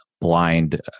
blind